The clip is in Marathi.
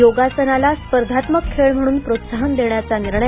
योगासनाला स्पर्धात्मक खेळ म्हणून प्रोत्साहन देण्याचा निर्णय